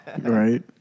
Right